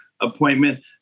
appointment